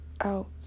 out